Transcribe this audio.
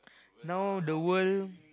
now the world